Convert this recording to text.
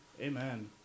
Amen